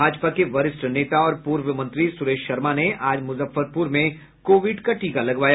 भाजपा के वरिष्ठ नेता और पूर्व मंत्री सुरेश शर्मा ने आज मुजफ्फरपुर में कोविड का टीका लगवाया